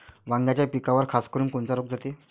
वांग्याच्या पिकावर खासकरुन कोनचा रोग जाते?